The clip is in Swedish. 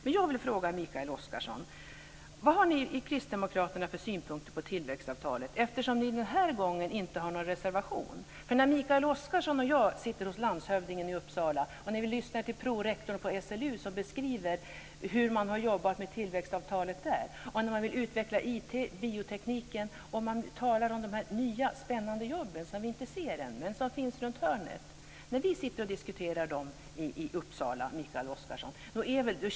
Men jag vill fråga Mikael Oscarsson: Vad har ni kristdemokrater för synpunkt på tillväxtavtalen eftersom ni den här gången inte har någon reservation? Mikael Oscarsson och jag har suttit och lyssnat hos landshövdingen i Uppsala och vi har lyssnat till prorektorn på SLU som har beskrivit hur man har jobbat med tillväxtavtalet där. Man vill utveckla IT och biotekniken, och man talar om de nya spännande jobben som vi ännu inte sett, men som finns runt hörnet. Nog känns väl det ganska spännande att diskutera detta i Uppsala, Mikael Oscarsson?